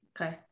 Okay